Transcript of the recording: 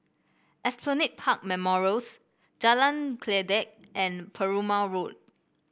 Esplanade Park Memorials Jalan Kledek and Perumal Road